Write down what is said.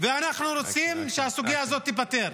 ואנחנו רוצים שהסוגיה הזאת תיפתר.